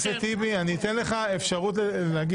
חבר הכנסת טיבי, אני אתן לך אפשרות להגיב.